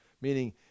Meaning